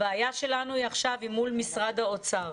הבעיה שלנו היא עכשיו מול משרד האוצר.